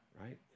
right